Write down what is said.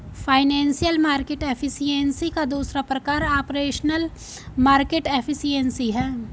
financial market efficiency का दूसरा प्रकार ऑपरेशनल मार्केट एफिशिएंसी है